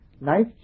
life